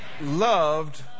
loved